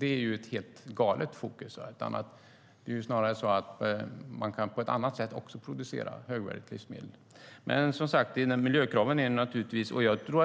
är ett helt galet fokus. Snarare handlar det om ett annat sätt att producera högvärdigt livsmedel. Inom miljökraven är det naturligtvis.